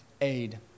aid